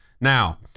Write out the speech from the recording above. Now